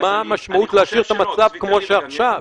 מה המשמעות להשאיר את המצב כמו שעכשיו.